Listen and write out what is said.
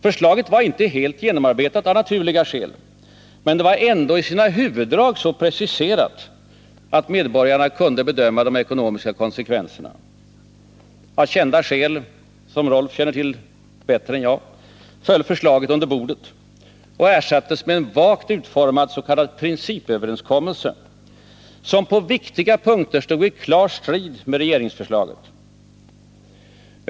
Förslaget var av naturliga skäl inte helt genomarbetat, men det var ändå i sina huvuddrag så preciserat att medborgarna kunde bedöma de ekonomiska konsekvenserna av det. Av kända skäl, som Rolf Wirtén känner till bättre än jag, föll förslaget under bordet och ersattes med en vagt utformad s.k. principöverenskommelse som på viktiga punkter stod i klar strid med regeringsförslaget.